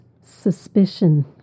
suspicion